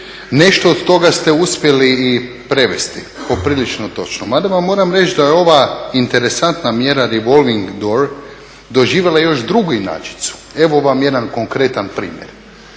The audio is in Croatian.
Nešto od toga ste uspjeli i prevesti, poprilično točno. Mada vam moram reći da je ova interesantna mjera revolving door doživjela još drugu inačicu, evo vam jedan konkretna primjer.